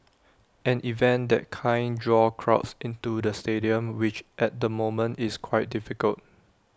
an event that kind draw crowds into the stadium which at the moment is quite difficult